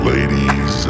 Ladies